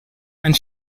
and